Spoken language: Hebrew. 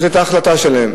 זאת היתה ההחלטה שלהם.